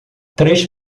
três